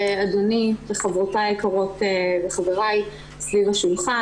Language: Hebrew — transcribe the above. אדוני וחברותיי היקרות וחבריי סביב השולחן.